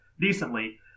decently